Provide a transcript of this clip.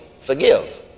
forgive